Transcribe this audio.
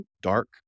dark